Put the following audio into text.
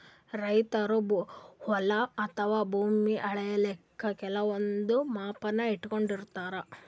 ರೈತರ್ ಹೊಲ ಅಥವಾ ಭೂಮಿ ಅಳಿಲಿಕ್ಕ್ ಕೆಲವಂದ್ ಮಾಪನ ಇಟ್ಕೊಂಡಿರತಾರ್